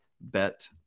Bet